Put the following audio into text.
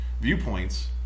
Viewpoints